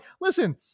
listen